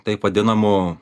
taip vadinamu